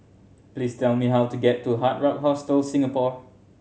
please tell me how to get to Hard Rock Hostel Singapore